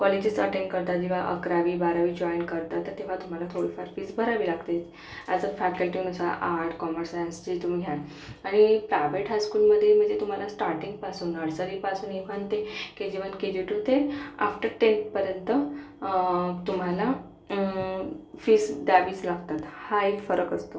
colleges attend करता जेव्हां अकरावी बारावी जॉइन करता तर तेव्हां तुम्हाला थोडीफार फीस भरावी लागते ॲज अ फॅकल्टीनुसार आर्ट कॉमर्स सायन्स जे तुम्ही घ्यालं आणि प्रायव्हेट हायस्कूलमध्ये म्हणजे तुम्हाला स्टार्टिंगपासून नर्सरीपासून इव्हन ते K G one K G two ते आफ्टर टेनपर्यंत तुम्हाला फीस द्यावीच लागतात हा एक फरक असतो